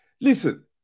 listen